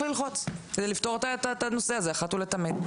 ללחוץ כדי לפתור את הנושא הזה אחת ולתמיד.